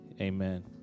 Amen